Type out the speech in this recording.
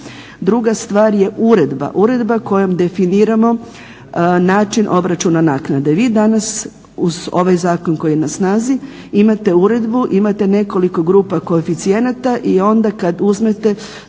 Druga stvar je uredba, uredba kojom definiramo način obračuna naknade. Vi danas uz ovaj zakon koji je na snazi imate uredbu, imate nekoliko grupa koeficijenata. I onda kad uzmete